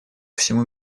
всему